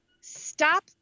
stop